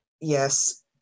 yes